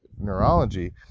neurology